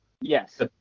Yes